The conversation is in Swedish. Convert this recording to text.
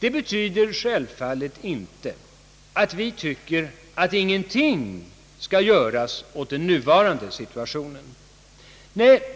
Det betyder självfallet inte att vi tycker att inget måste göras åt den nuvarande situationen.